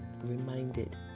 reminded